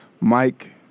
Mike